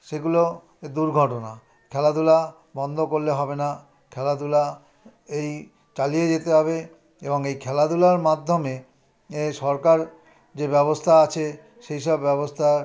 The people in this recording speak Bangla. সেগুলো দুর্ঘটনা খেলাধুলা বন্ধ করলে হবে না খেলাধুলা এই চালিয়ে যেতে হবে এবং এই খেলাধুলার মাধ্যমে এ সরকার যে ব্যবস্থা আছে সেই সব ব্যবস্থা